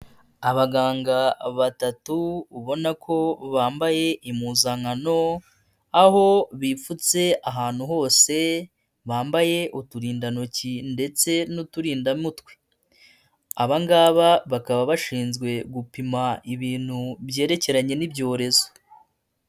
Abaganga batatu ubona ko bambaye impuzankano aho bipfutse ahantu hose bambaye uturindantoki ndetse n'uturindamutwe, aba ngaba bakaba bashinzwe gupima ibintu byerekeranye n'ibyorezo.